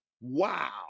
Wow